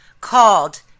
called